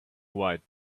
white